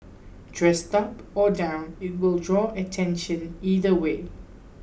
dressed up or down it will draw attention either way